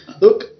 look